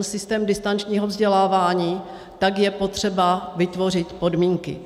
systém distančního vzdělávání, tak je potřeba vytvořit podmínky.